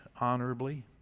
honorably